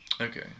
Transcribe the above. Okay